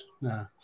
No